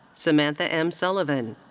samantha m. sullivan.